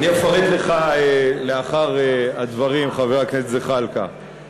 אני אפרט לך לאחר הדברים, חבר הכנסת זחאלקה.